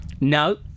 No